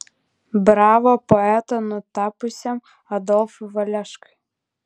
bravo poetą nutapiusiam adolfui valeškai